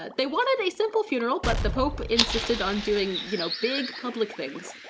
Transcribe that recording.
but they wanted a simple funeral but the pope insisted on doing, you know, big public things.